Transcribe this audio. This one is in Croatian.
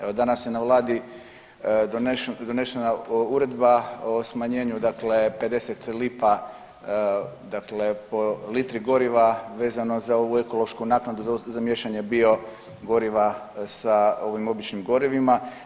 Evo danas je na vladi donešena uredba o smanjenju dakle 50 lipa dakle po litri goriva vezano za ovu ekološku naknadu za miješanje biogoriva sa ovim običnim gorivima.